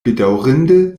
bedaŭrinde